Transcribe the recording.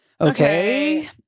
Okay